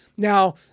Now